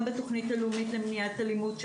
גם בתוכנית הלאומית למניעת אובדנות,